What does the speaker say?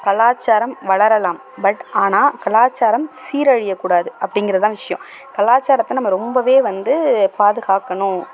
கலாச்சாரம் வளரலாம் பட் ஆனால் கலாச்சாரம் சீர் அழிய கூடாது அப்படிங்கிறது தான் விஷயம் கலாச்சாரத்தை நம்ம ரொம்ப வந்து பாதுகாக்கணும்